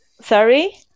Sorry